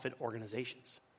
organizations